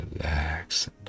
relax